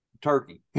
turkey